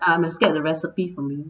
I must get the recipe from you